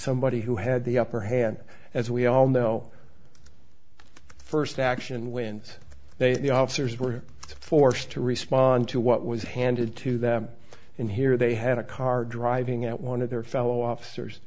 somebody who had the upper hand as we all know first action wins they the officers were forced to respond to what was handed to them and here they had a car driving at one of their fellow officers